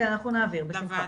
נעביר בשמחה.